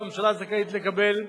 שהממשלה זכאית לקבל,